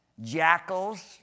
jackals